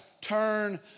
turn